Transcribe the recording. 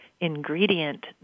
ingredient